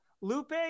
Lupe